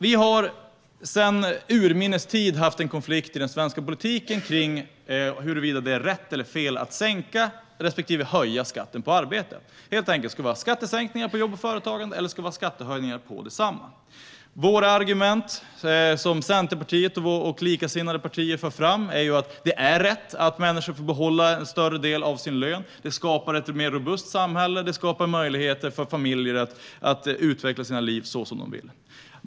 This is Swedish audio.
Vi har sedan urminnes tider haft en konflikt i den svenska politiken kring huruvida det är rätt eller fel att sänka respektive höja skatten på arbete. Frågan är helt enkelt om vi ska ha skattesänkningar på jobb och företagande eller om vi ska ha skattehöjningar på desamma. De argument som Centerpartiet och likasinnade partier för fram är att det är rätt att människor får behålla en större del av sin lön. Det skapar ett mer robust samhälle, och det skapar möjligheter för familjer att utveckla sina liv som de vill.